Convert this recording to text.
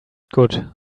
good